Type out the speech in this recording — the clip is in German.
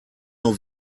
nur